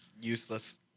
Useless